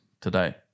today